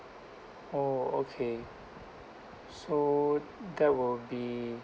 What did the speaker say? oh okay so that will be